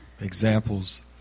examples